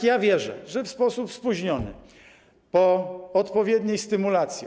Jednak wierzę, że w sposób spóźniony, po odpowiedniej stymulacji.